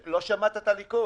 לא שמעת את הליכוד?